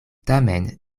tamen